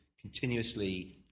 continuously